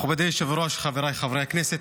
מכובדי היושב-ראש, חבריי חברי הכנסת,